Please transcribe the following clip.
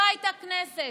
לא הייתה כנסת.